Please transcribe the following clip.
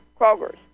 Kroger's